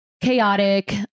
chaotic